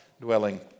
dwelling